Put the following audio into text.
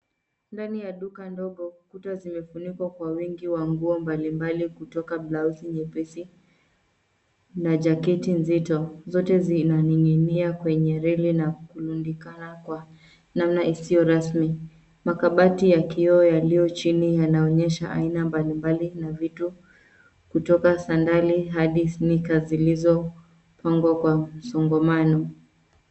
Ndani ya duka ndogo, kuta zimefunikwa kwa wingi wa nguo mbalimbali kutoka blausi nyepesi na jaketi nzito. Zote zinanin'ginia kwenye reli na kurundikana kwa namna isiyo rasmi. Makabati ya kioo yaliyo chini yanaonyesha aina mbalimbali na vitu kutoka sandali hadi sneakers zilizopangwa kwa msongamano.